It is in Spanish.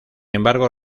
embargo